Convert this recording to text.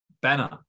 Banner